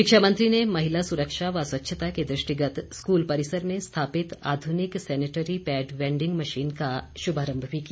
शिक्षा मंत्री महिला सुरक्षा व स्वच्छता के दृष्टिगत स्कूल परिसर में स्थापित आधुनिक सैनेटरी पैड वैंडिंग मशीन का शुभारंभ भी किया